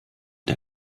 der